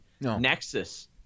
Nexus